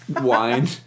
Wine